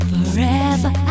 Forever